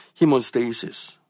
hemostasis